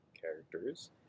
characters